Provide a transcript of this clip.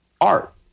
art